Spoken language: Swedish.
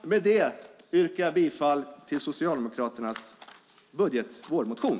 Med detta yrkar jag bifall till Socialdemokraternas budgetmotion, vårmotion.